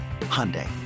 Hyundai